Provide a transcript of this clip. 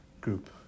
group